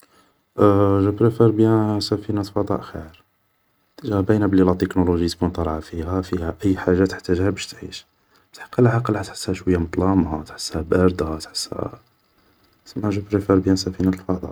جو بريفار بيان سفينة فضاء خير, ديجا باينة لا تيكنولوجي تكون طالعة فيها فيها أي حاجة تحتاجها باش تعيش, بصح القلعة تحسها شوية مضلامة شوية باردة تحسها, سما جو بريفار بيان سفينة فضاء